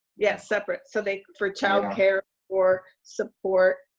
yeah separate. so like for childcare or support.